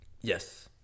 Yes